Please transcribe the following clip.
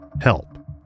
help